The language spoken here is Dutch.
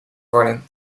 worden